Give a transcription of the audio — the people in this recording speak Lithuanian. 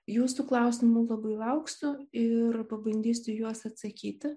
jūsų klausimų labai lauksiu ir pabandysiu į juos atsakyti